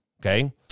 Okay